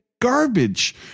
garbage